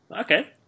Okay